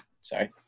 Sorry